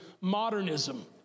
modernism